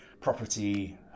property